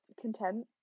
content